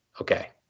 Okay